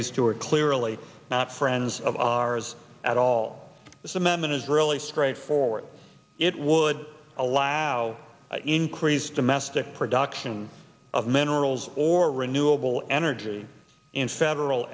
who are clearly not friends of ours at all this amendment is really straightforward it would allow increased domestic production of minerals or renewable energy in federal